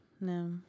no